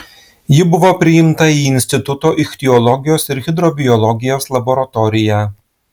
ji buvo priimta į instituto ichtiologijos ir hidrobiologijos laboratoriją